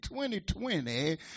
2020